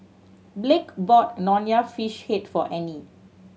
Blake bought Nonya Fish Head for Annie